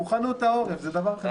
צבי האוזר (יו"ר ועדת החוץ והביטחון): מוכנות העורף זה דבר חשוב.